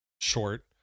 short